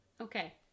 Okay